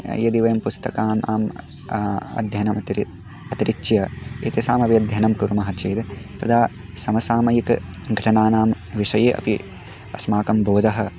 यदि वयं पुस्तकान् आम् अध्ययनं तर्हि अतिरिच्य एतेषामपि अध्ययनं कुर्मः चेद् तदा समसामयिकं घटनानां विषये अपि अस्माकं बोधः